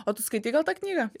o tu skaitei gal tą knygą